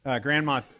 Grandma